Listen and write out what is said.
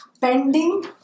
pending